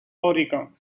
oregon